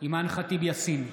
אימאן ח'טיב יאסין,